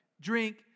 drink